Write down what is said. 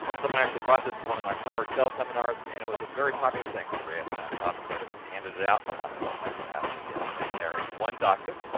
someone actually brought this to one of my power excel seminars but and it was a very popular thing we ran copies of it and handed it out. how everyone like to have the thing there in one document,